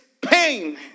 pain